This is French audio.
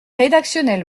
rédactionnel